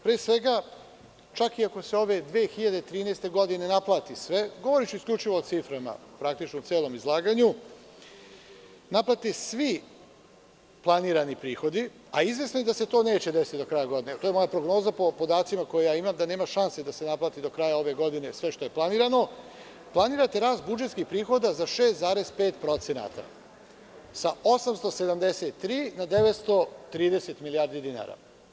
Pre svega, čak ako se i ove 2013. godine naplati sve, govoriću isključivo o ciframa u praktično celom izlaganju, naplate svi planirani prihodi, a izvesno je da se to neće desiti do kraja godine, to je moja prognoza po podacima koje imam, da nema šanse da se naplati do kraja godine sve što je planirano, planirate rast budžetskih prihoda za 6,5%, sa 873 na 930 milijardi dinara.